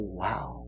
wow